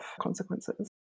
consequences